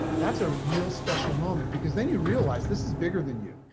that's a real special moment, because then you realize this is bigger than you.